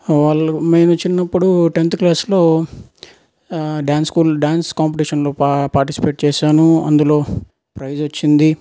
వాళ్ళు మేము చిన్నపుడు టెన్త్ క్లాస్లో డ్యాన్స్ స్కూల్ డ్యాన్స్ కాంపిటీషన్లో పార్టిసిపేట్ చేశాను అందులో ప్రైజ్ వచ్చింది